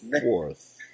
fourth